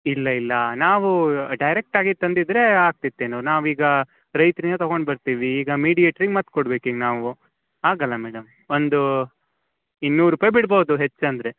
ಇಲ್ಲ ಇಲ್ಲ ನಾವು ಡೈರೆಕ್ಟಾಗಿ ತಂದಿದ್ದರೆ ಆಗ್ತಿತ್ತೇನೊ ನಾವು ಈಗ ರೈತರಿಂದ ತಗೊಂಡು ಬರ್ತೀವಿ ಈಗ ಮೀಡಿಯೆಟ್ರಿಗೆ ಮತ್ತು ಕೊಡ್ಬೇಕು ಈಗ ನಾವು ಆಗೋಲ್ಲ ಮೇಡಮ್ ಒಂದು ಇನ್ನೂರು ರುಪಾಯಿ ಬಿಡ್ಬೋದು ಹೆಚ್ಚೆಂದರೆ